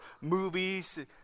movies